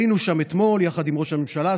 היינו שם אתמול יחד עם ראש הממשלה,